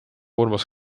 urmas